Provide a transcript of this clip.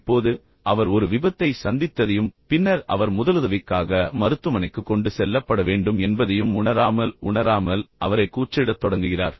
இப்போது அவர் ஒரு விபத்தை சந்தித்ததையும் பின்னர் அவர் முதலுதவிக்காக மருத்துவமனைக்கு கொண்டு செல்லப்பட வேண்டும் என்பதையும் உணராமல் உணராமல் அவரைக் கூச்சலிடத் தொடங்குகிறார்